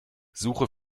suche